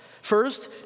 First